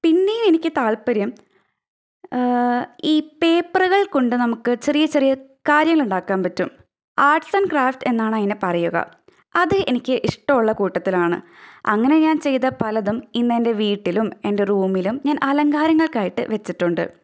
പിന്നെ എനിക്ക് താത്പര്യം ഈ പേപ്പറുകൾ കൊണ്ട് ഈ ചെറിയ ചെറിയ കാര്യങ്ങൾ ഉണ്ടാക്കാൻ പറ്റും ആർട്സ് ആൻഡ് ക്രാഫ്റ്റ് എന്നാണ് അതിനു പറയുക അത് എനിക്ക് ഇഷ്ടമുള്ള കൂട്ടത്തിലാണ് അങ്ങനെ ഞാൻ ചെയ്ത പലതും ഇന്നെൻ്റെ വീട്ടിലും എൻ്റെ റൂമിലും ഞാൻ അലങ്കാരങ്ങൾക്കായിട്ട് വെച്ചിട്ടുണ്ട്